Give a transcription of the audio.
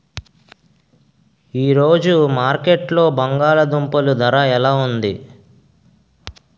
ఈ రోజు మార్కెట్లో బంగాళ దుంపలు ధర ఎలా ఉంది?